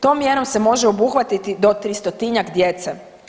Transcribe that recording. Tom mjerom se može obuhvatiti do 300-tinjak djece.